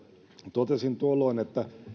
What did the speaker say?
totesin tuolloin että